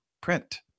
print